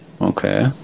Okay